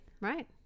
right